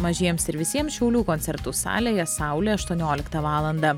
mažiems ir visiems šiaulių koncertų salėje saulė aštuonioliktą valandą